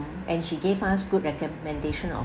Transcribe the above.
and she gave us good recommendation of